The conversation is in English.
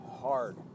hard